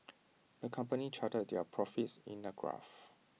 the company charted their profits in A graph